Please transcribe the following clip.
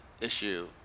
issue